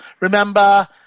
remember